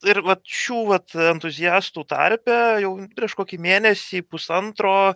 ir vat šių vat entuziastų tarpe jau prieš kokį mėnesį pusantro